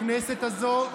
בכנסת הזו,